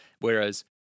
whereas